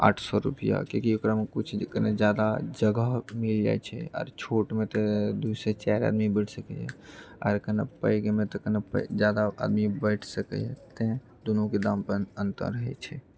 आठ सए रुपैआ किआकि ओकरामे कि छै कने जादा जगह मील जाइ छै आर छोटमे तऽ दू से चारि आदमी बैठ सकैए आर कने पैघमे तऽ कनि जादा आदमी बैठ सकैए ताहि दुनूके दाममे अन्तर होइत छै